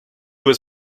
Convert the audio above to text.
was